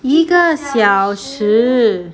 一个小时